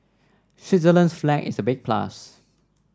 Switzerland's flag is a big plus